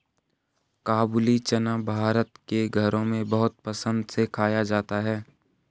काबूली चना भारत के घरों में बहुत पसंद से खाया जाता है